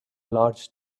large